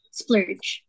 splurge